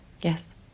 Yes